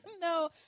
No